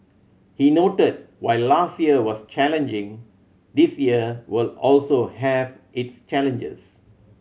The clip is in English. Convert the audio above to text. he noted while last year was challenging this year will also have its challenges